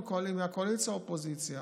מהקואליציה או מהאופוזיציה,